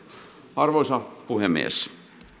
arvoisa puhemies